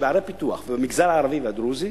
שבערי הפיתוח ובמגזר הערבי והדרוזי,